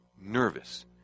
nervous